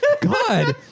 God